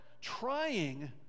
trying